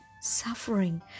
suffering